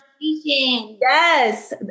Yes